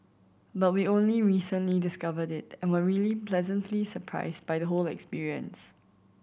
but we only recently discovered it and were really pleasantly surprised by the whole experience